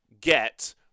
get